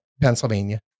Pennsylvania